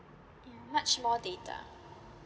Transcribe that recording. mm much more data